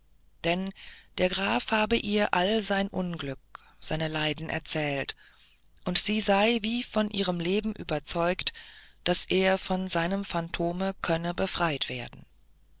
denn der graf habe ihr all sein unglück sein leiden erzählt und sie sei wie von ihrem leben überzeugt daß er von seinem phantome könne befreit werden